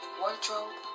wardrobe